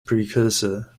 precursor